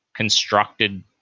constructed